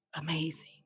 amazing